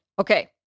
Okay